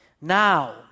Now